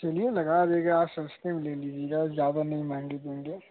चलिए लगा देंगे आप सस्ते में ले लीजिएगा ज़्यादा नहीं महंगी देंगे